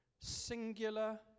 Singular